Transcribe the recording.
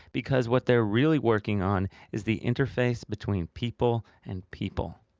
because what they're really working on is the interface between people and people.